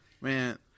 Man